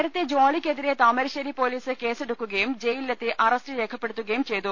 നേരത്തെ ജോളിക്കെതിരെ താമരശ്ശേരി പോലീസ് കേസെടുക്കുകയും ജയിലെത്തി അറസ്റ്റ് രേഖപ്പെടുത്തുകയും ചെയ്തു